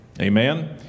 amen